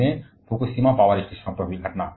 और हाल ही में फुकुशिमा पावर स्टेशनों पर